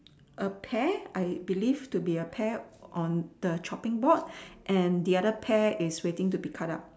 A pear I believe to be a pear on the chopping board and the other pear is waiting to be cut up